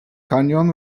kanyon